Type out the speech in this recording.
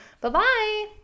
Bye-bye